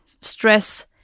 stress